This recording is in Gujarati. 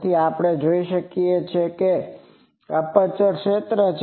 તેથી આપણે જાણીએ છીએ કે એપ્રેચર ક્ષેત્ર શું છે